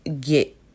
get